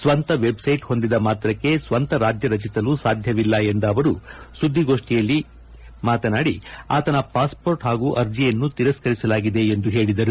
ಸ್ವಂತ ವೆಬ್ಸೈಟ್ ಹೊಂದಿದ ಮಾತ್ರಕ್ಕೆ ಸ್ವಂತ ರಾಜ್ಯ ರಚಿಸಲು ಸಾಧ್ವವಿಲ್ಲ ಎಂದು ಅವರು ಸುದ್ದಿಗೋಷ್ಠಿಯಲ್ಲಿ ಸ್ಪಷ್ಷಪಡಿಸಿ ಆತನ ಪಾಸ್ಮೋರ್ಟ್ ಹಾಗೂ ಅರ್ಜಿಯನ್ನು ತಿರಸ್ಗರಿಸಲಾಗಿದೆ ಎಂದು ಅವರು ಹೇಳಿದರು